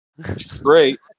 great